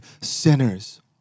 sinners